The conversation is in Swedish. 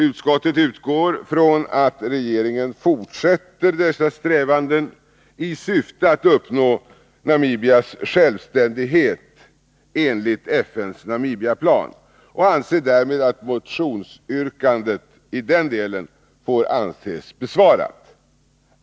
Utskottet utgår från att regeringen fortsätter dessa strävanden i syfte att uppnå Namibias självständighet enligt FN:s Namibiaplan, och utskottet menar att motionsyrkandet i denna del därmed får anses tillgodosett.